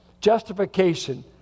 Justification